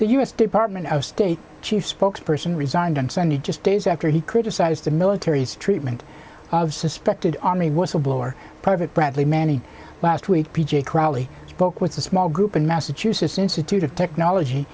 the u s department of state chief spokesperson resigned on sunday just days after he criticized the military's treatment of suspected army was a blow or private bradley manning last week p j crowley spoke with a small group in massachusetts institute of technology